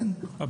אז אמרנו,